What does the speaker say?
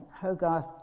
Hogarth